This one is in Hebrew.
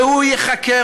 והוא ייחקר,